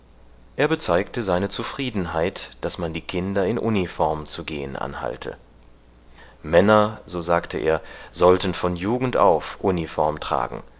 er bezeigte seine zufriedenheit daß man die kinder in uniform zu gehen anhalte männer so sagte er sollten von jugend auf uniform tragen